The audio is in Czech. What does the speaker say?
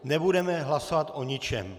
Nebudeme hlasovat o ničem.